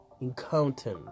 encounter